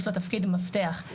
יש לו תפקיד מפתח.